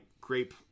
grape